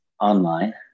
online